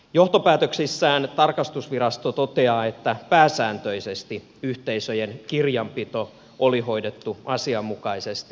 johtopäätöksissään tarkastusvirasto toteaa että pääsääntöisesti yhteisöjen kirjanpito oli hoidettu asianmukaisesti